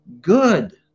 Good